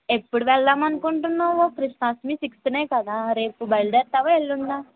ఎప్పుడు వెళ్దామనుకుంటున్నావు కృష్ణాష్టమి సిక్స్త్నే కదా రేపు బయల్దేరతావా ఎల్లుండా